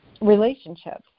relationships